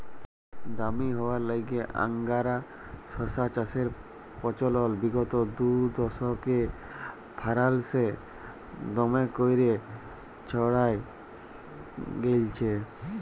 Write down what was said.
দামি হউয়ার ল্যাইগে আংগারা শশা চাষের পচলল বিগত দুদশকে ফারাল্সে দমে ক্যইরে ছইড়ায় গেঁইলছে